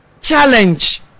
challenge